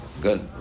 Good